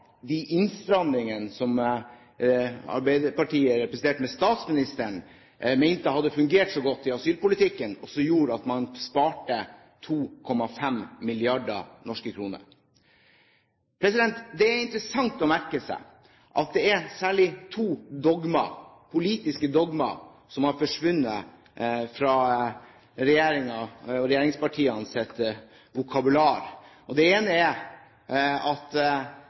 de innstramningene som Arbeiderpartiet, representert ved statsministeren, mente hadde fungert så godt i asylpolitikken, og som gjorde at man sparte 2,5 mrd. norske kroner. Det er interessant å merke seg at det særlig er to politiske dogmer som har forsvunnet fra regjeringens og regjeringspartienes vokabular. Det ene gjelder at det faktisk er